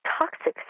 toxic